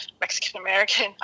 Mexican-American